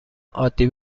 عادی